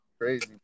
crazy